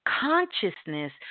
consciousness